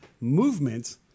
movement